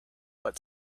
but